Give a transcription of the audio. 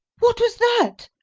what was that?